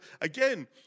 again